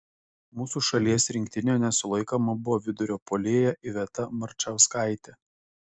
mūsų šalies rinktinėje nesulaikoma buvo vidurio puolėja iveta marčauskaitė